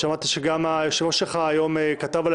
שמעתי שגם היושב-ראש שלך כתב עליי